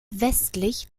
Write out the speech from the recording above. westlich